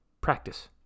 practice